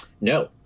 No